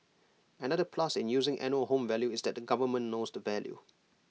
another plus in using annual home value is that the government knows the value